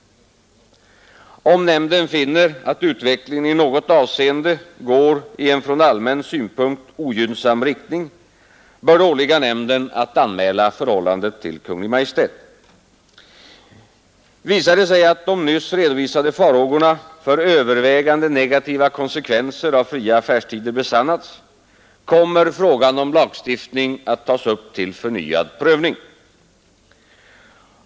Om nämnden finner att utvecklingen i något avseende går i en från allmän synpunkt ogynnsam riktning, bör det åligga nämnden att anmäla förhållandet till Kungl. Maj:t. Visar det sig att de nyss redovisade farhågorna för övervägande negativa konsekvenser av fria affärstider besannats, kommer frågan om lagstiftning att tas upp till förnyad prövning.